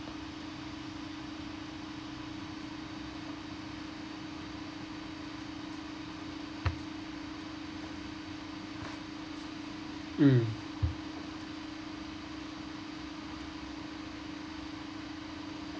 mm